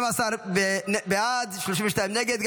12 בעד, 32 נגד.